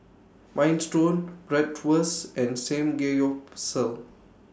Minestrone Bratwurst and Samgeyopsal